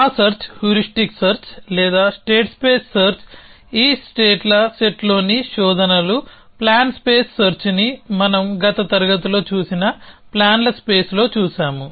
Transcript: ఆ search heuristic search లేదా set space search ఈ స్టేట్ల సెట్లోని శోధనలు ప్లాన్ స్పేస్ సెర్చ్ని మనం గత తరగతిలో చూసిన ప్లాన్ల స్పేస్లో చూసాము